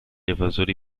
evasori